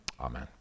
amen